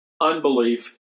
unbelief